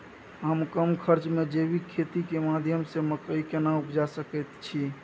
हम कम खर्च में जैविक खेती के माध्यम से मकई केना उपजा सकेत छी?